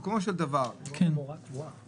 מדובר פה בהוראה קבועה.